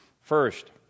First